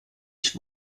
ich